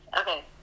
Okay